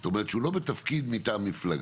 זאת אומרת, שהוא לא בתפקיד מטעם מפלגה.